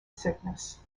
sickness